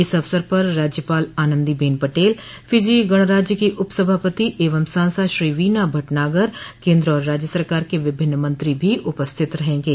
इस अवसर पर राज्यपाल आनंदी बेन पटेल फिजी गणराज्य की उपसभापति एवं सांसद श्री वीना भटनागर केन्द्र और राज्य सरकार के विभिन्न मंत्रो भी उपस्थित रहेंगे